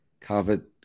covered